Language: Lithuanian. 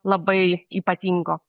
labai ypatingo